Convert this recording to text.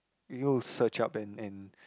we'll search up and and